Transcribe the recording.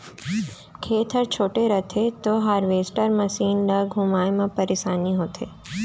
खेत ह छोटे रथे त हारवेस्टर मसीन ल घुमाए म परेसानी होथे